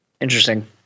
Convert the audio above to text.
Interesting